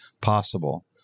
possible